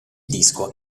disco